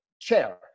chair